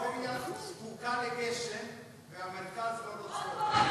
טבריה זקוקה לגשם והמרכז לא רוצה.